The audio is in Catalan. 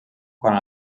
quant